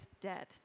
dead